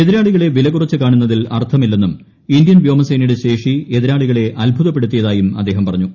എതിരാളികളെ വിലകുറച്ചു കാണുന്നതിൽ അർത്ഥമില്ലെന്നും ഇന്ത്യൻ വ്യോമസേനയുടെ ശേഷി എതിരാളികളെ അത്ഭുതപ്പെടുത്തിയതായും അദ്ദേഹം പറഞ്ഞു